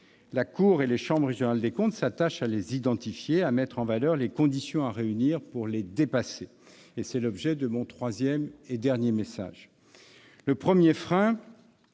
La Cour et les chambres régionales des comptes s'attachent à les identifier et à mettre en valeur les conditions à réunir pour les dépasser. C'est l'objet de mon troisième et dernier message. Le premier frein,